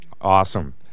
Awesome